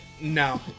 no